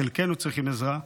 חלקנו צריכים עזרה,